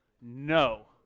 No